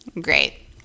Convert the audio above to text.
Great